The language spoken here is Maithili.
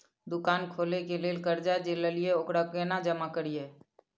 दुकान खोले के लेल कर्जा जे ललिए ओकरा केना जमा करिए?